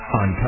on